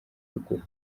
kubigura